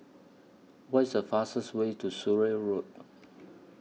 What IS The fastest Way to Surrey Road